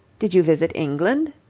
did you visit england?